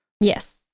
Yes